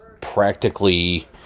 practically